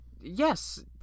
yes